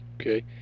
Okay